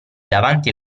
davanti